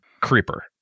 Creeper